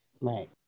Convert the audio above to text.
Right